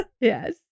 Yes